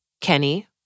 Kenny